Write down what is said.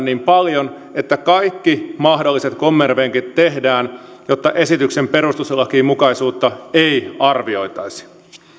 niin paljon että kaikki mahdolliset kommervenkit tehdään jotta esityksen perustuslainmukaisuutta ei arvioitaisi